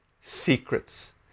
secrets